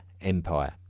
Empire